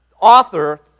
author